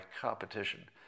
competition